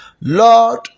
Lord